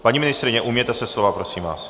Paní ministryně, ujměte se slova, prosím vás!